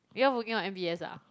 you all booking what m_b_s ah